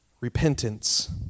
Repentance